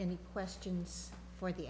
any questions for the